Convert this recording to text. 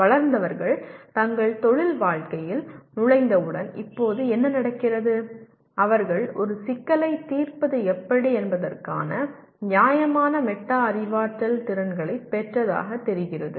வளர்ந்தவர்கள் தங்கள் தொழில் வாழ்க்கையில் நுழைந்தவுடன் இப்போது என்ன நடக்கிறது அவர்கள் ஒரு சிக்கலைத் தீர்ப்பது எப்படி என்பதற்கான நியாயமான மெட்டா அறிவாற்றல் திறன்களைப் பெற்றதாகத் தெரிகிறது